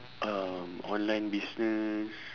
um online business